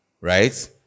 right